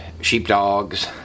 sheepdogs